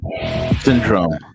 syndrome